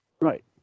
Right